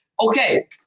Okay